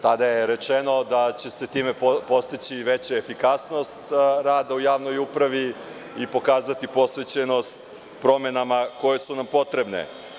Tada je rečeno da će se time postići veća efikasnost rada u javnoj upravi i pokazati posvećenost promenama koje su nam potrebne.